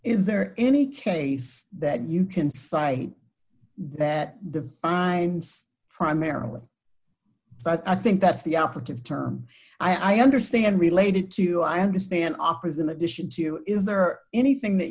is there any case that you can cite that divines primarily but i think that's the operative term i understand related to i understand offers in addition to is there anything that